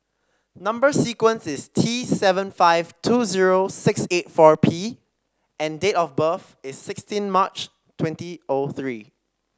number sequence is T seven five two zero six eight four P and date of birth is sixteen March twenty O three